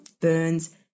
burns